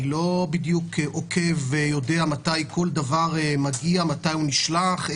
אני לא בדיוק עוקב ויודע מתי כל דבר נשלח מגיע ונארז.